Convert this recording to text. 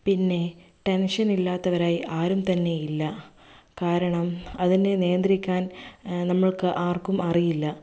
പിന്നെ ടെൻഷൻ ഇല്ലാത്തവരായി ആരും തന്നെയില്ല കാരണം അതിനെ നിയന്ത്രിക്കാൻ നമുക്ക് ആർക്കും അറിയില്ല